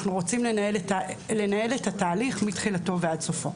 אנחנו רוצים לנהל את התהליך מתחילתו ועד סופו.